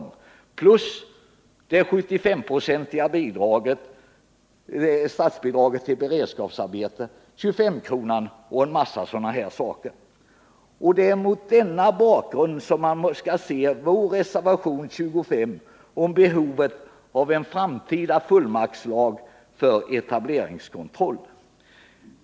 Lägg därtill det 75-procentiga statsbidraget till beredskapsarbete, 25-kronan och en massa sådana saker. Det är mot denna bakgrund man skall se vår reservation 25 om behovet av en framtida fullmaktslag för etableringskontroll.